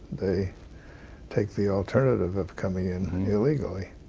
they take the alternative of coming in illegally.